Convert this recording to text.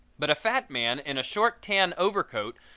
but a fat man in a short tan overcoat,